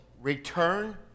return